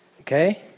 Okay